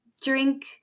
Drink